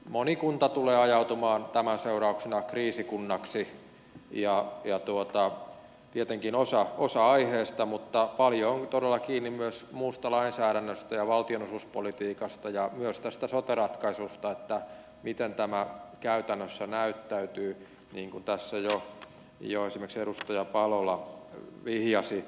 moni kunta tulee ajautumaan tämän seurauksena kriisikunnaksi tietenkin osa aiheesta mutta paljon on todella kiinni myös muusta lainsäädännöstä ja valtionosuuspolitiikasta ja myös tästä sote ratkaisusta miten tämä käytännössä näyttäytyy niin kuin tässä jo esimerkiksi edustaja palola vihjasi